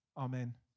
Amen